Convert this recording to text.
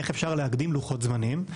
איך אפשר להקדים לוחות זמנים.